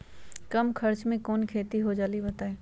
कम खर्च म कौन खेती हो जलई बताई?